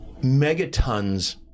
megatons